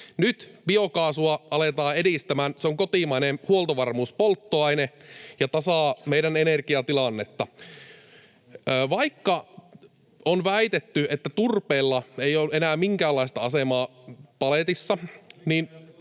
Nyt biokaasua aletaan edistämään, se on kotimainen huoltovarmuuspolttoaine ja tasaa meidän energiatilannetta. Vaikka on väitetty, että turpeella ei ole enää minkäänlaista asemaa paletissa,